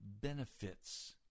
benefits